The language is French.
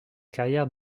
carrière